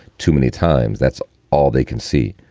too many times that's all they can see.